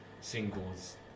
singles